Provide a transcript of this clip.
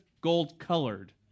gold-colored